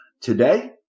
Today